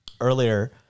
Earlier